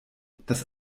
das